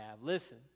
Listen